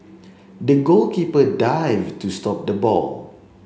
the goalkeeper dived to stop the ball